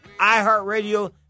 iHeartRadio